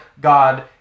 God